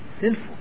sinful